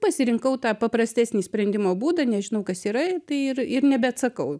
pasirinkau tą paprastesnį sprendimo būdą nežinau kas yra tai ir ir nebeatsakau